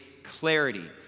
clarity